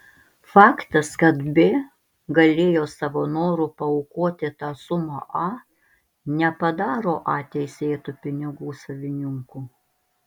faktas kad b galėjo savo noru paaukoti tą sumą a nepadaro a teisėtu pinigų savininku